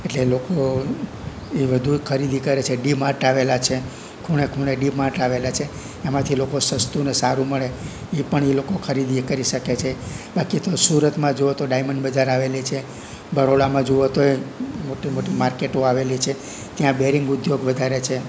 એટલે લોકો એ વધુ ખરીદી કરે છે ડી માર્ટ આવેલાં છે ખૂણે ખૂણે ડી માર્ટ આવેલાં છે એમાંથી લોકો સસ્તું ને સારું મળે એ પણ એ લોકો ખરીદી કરી શકે છે બાકી તો સુરતમાં જુઓ તો ડાયમંડ બજાર આવેલી છે બરોડામાં જુઓ તો મોટી મોટી મોટી માર્કેટો આવેલી છે ત્યાં બેરિંગ ઉદ્યોગ વધારે છે